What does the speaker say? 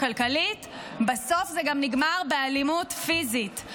כלכלית בסוף זה נגמר גם באלימות פיזית.